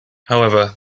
however